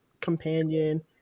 companion